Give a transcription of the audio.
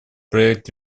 проект